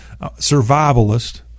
survivalist